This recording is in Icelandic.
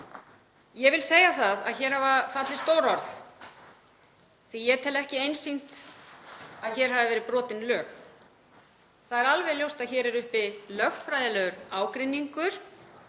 Ég vil segja það að hér hafa fallið stór orð því ég tel ekki einsýnt að hér hafi lög verið brotin. Það er alveg ljóst að hér er uppi lögfræðilegur ágreiningur